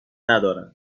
دارم